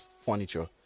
furniture